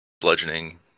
bludgeoning